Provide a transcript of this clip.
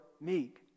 meek